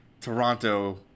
Toronto